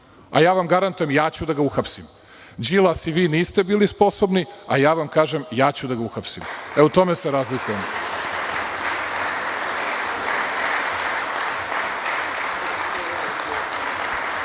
uhapsili? Garantujem vam da ću da ga uhapsim. Đilas i vi niste bili sposobni, a ja vam kažem da ću da ga uhapsim. U tome se razlikujemo.